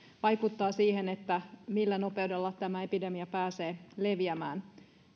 vaikuttaa siihen millä nopeudella tämä epidemia pääsee leviämään